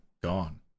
gone